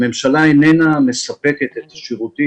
הממשלה איננה מספקת את השירותים,